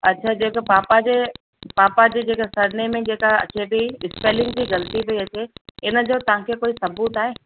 अच्छा जेका पापा जे पापा जे जेका सरनेम में जेका अचे पई स्पेलिंग जी ग़लती पई अचे इन जो तव्हां खे कोई सबूत आहे